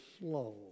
slow